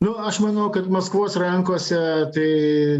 nu aš manau kad maskvos rankose tai